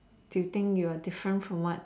do you think you are different from what